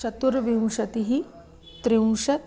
चतुर्विंशतिः त्रिंशत्